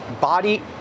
body